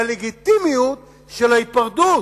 בלגיטימיות של ההיפרדות,